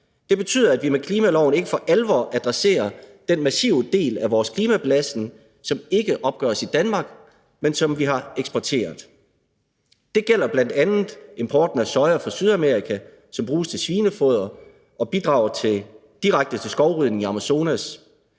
Det betyder, at vi med klimaloven ikke for alvor adresserer den massive del af vores klimabelastning, som ikke opgøres i Danmark, men som vi har eksporteret. Det gælder bl.a. importen af soja fra Sydamerika, som bruges til svinefoder og bidrager direkte til skovrydning i Amazonas.